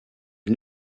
est